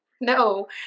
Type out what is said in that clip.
No